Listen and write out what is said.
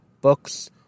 books